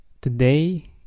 today